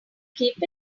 keep